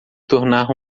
tornar